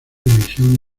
división